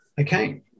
Okay